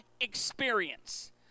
experience